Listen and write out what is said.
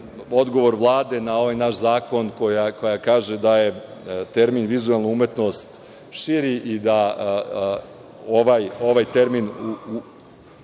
Odgovor Vlade na ovaj naš zakon, koja kaže da je termin vizuelna umetnost širi i da ovaj termin